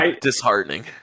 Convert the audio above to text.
disheartening